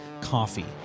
coffee